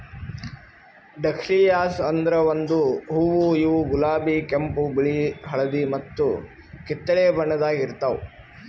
dahlias ಅಂದುರ್ ಒಂದು ಹೂವು ಇವು ಗುಲಾಬಿ, ಕೆಂಪು, ಬಿಳಿ, ಹಳದಿ ಮತ್ತ ಕಿತ್ತಳೆ ಬಣ್ಣದಾಗ್ ಇರ್ತಾವ್